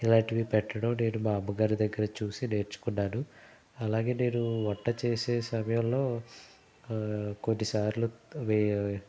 ఇలాంటివి పెట్టడం నేను మా అమ్మగారి దగ్గర చూసి నేర్చుకున్నాను అలాగే నేను వంట చేసే సమయంలో కొన్నిసార్లు